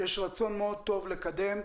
יש רצון מאוד טוב לקדם.